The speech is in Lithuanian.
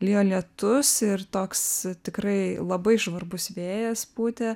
lijo lietus ir toks tikrai labai žvarbus vėjas pūtė